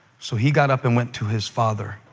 so he got up and went to his father.